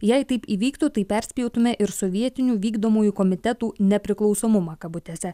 jei taip įvyktų tai perspjautume ir sovietinių vykdomųjų komitetų nepriklausomumą kabutėse